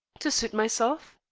to suit myself.